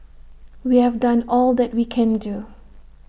we have done all that we can do